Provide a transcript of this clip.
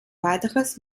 weiteres